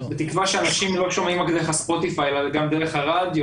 בתקווה שאנשים לא שומעים רק דרך הספוטיפיי אלא גם דרך הרדיו,